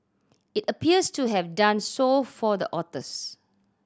it appears to have done so for the authors